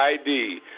ID